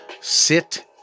sit